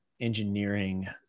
engineering